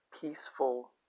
peaceful